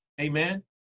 amen